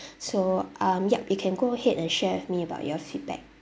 so um yup you can go ahead and share with me about your feedback